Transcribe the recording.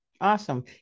Awesome